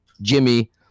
Jimmy